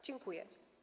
Dziękuję.